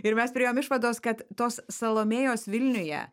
ir mes priėjom išvados kad tos salomėjos vilniuje